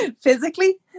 physically